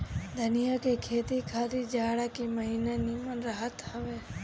धनिया के खेती खातिर जाड़ा के महिना निमन रहत हअ